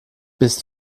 bist